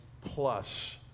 plus